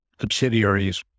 subsidiaries